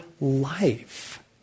life